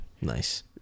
nice